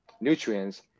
nutrients